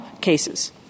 cases